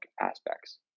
aspects